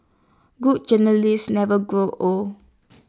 good journalist never grows old